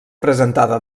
presentada